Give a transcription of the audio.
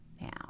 Now